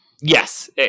Yes